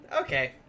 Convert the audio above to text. Okay